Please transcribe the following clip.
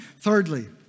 Thirdly